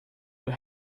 will